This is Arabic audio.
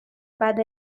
بعد